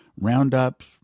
roundups